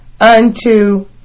unto